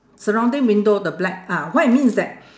surrounding window the black ah what I mean is that